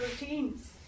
routines